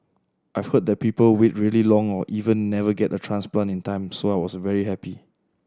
I've heard that people wait really long or even never get a transplant in time so I was very happy